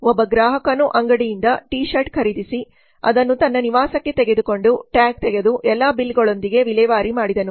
ಒಬ್ಬ ಗ್ರಾಹಕನು ಅಂಗಡಿಯಿಂದ ಟಿ ಶರ್ಟ್ ಖರೀದಿಸಿ ಅದನ್ನು ತನ್ನ ನಿವಾಸಕ್ಕೆ ತೆಗೆದುಕೊಂಡು ಟ್ಯಾಗ್ ತೆಗೆದು ಎಲ್ಲಾ ಬಿಲ್ಗಳೊಂದಿಗೆ ವಿಲೇವಾರಿ ಮಾಡಿದನು